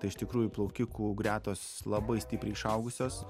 tai iš tikrųjų plaukikų gretos labai stipriai išaugusios